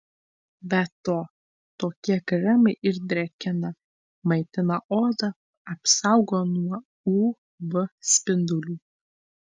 be to tokie kremai ir drėkina maitina odą apsaugo nuo uv spindulių